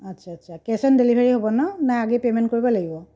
আচ্ছা আচ্ছা cash on delivery হ'ব ন নে আগেই পেমেন্ট কৰিব লাগিব